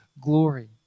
glory